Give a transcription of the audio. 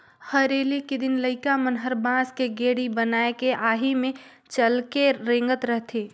हरेली के दिन लइका मन हर बांस के गेड़ी बनायके आही मे चहके रेंगत रथे